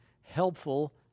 helpful